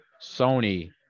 Sony